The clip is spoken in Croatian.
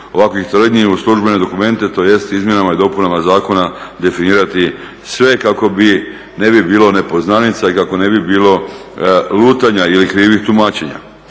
ovakvih tvrdnji u službene dokumente tj. izmjenama i dopunama zakona definirati sve kako ne bi bilo nepoznanica i kako ne bi bilo lutanja ili krivih tumačenja.